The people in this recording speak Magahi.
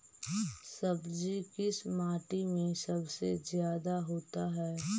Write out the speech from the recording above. सब्जी किस माटी में सबसे ज्यादा होता है?